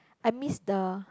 I miss the